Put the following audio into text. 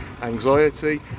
anxiety